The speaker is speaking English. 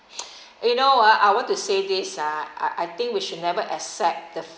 you know ah I want to say this ah I I think we should never accept the